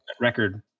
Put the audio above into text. record